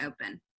open